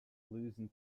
losing